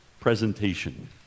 presentation